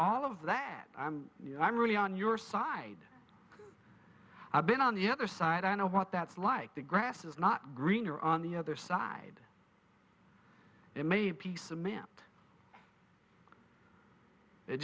all of that i'm i'm really on your side i've been on the other side i know what that's like the grass is not greener on the other side it may be cement it